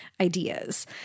ideas